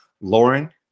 Lauren